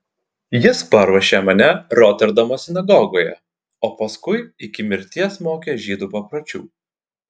jis paruošė mane roterdamo sinagogoje o paskui iki mirties mokė žydų papročių